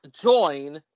join